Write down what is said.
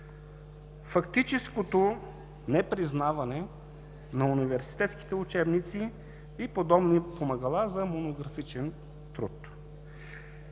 Фактическото непризнаване на университетските учебници и подобни помагала за монографичен труд.